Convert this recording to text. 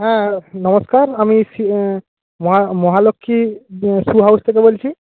হ্যাঁ নমস্কার আমি শ্রী মহা মহালক্ষী শু হাউজ থেকে বলছি